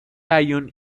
lyon